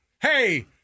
Hey